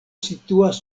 situas